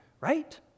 Right